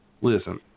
Listen